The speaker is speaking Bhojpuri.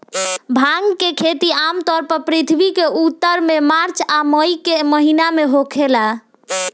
भांग के खेती खासतौर पर पृथ्वी के उत्तर में मार्च आ मई के महीना में होखेला